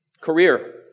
career